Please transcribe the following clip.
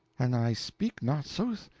an i speak not sooth,